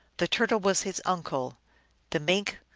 the turtle was his uncle the mink,